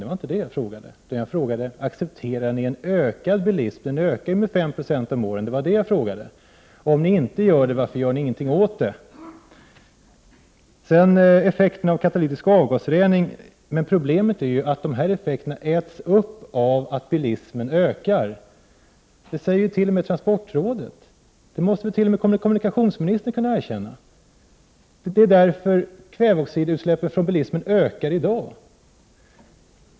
Det var inte det jag frågade, utan jag frågade om ni accepterar en ökning av bilismen med 5 76 om året. Om ni inte gör det, varför gör ni ingenting åt saken? Problemet med effekterna av den katalytiska avgasreningen är att de äts upp av att bilismen ökar. Det säger t.o.m. transportrådet. Det måste väl även kommunikationsministern kunna erkänna. Det är därför kväveoxidutsläppen från bilismen ökar i dag.